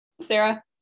Sarah